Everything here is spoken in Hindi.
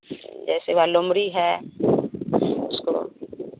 जैसे वह लोमड़ी है उसको